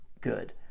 good